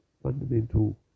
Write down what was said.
fundamental